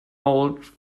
old